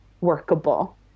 workable